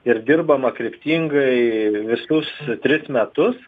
ir dirbama kryptingai visus tris metus